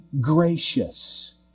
gracious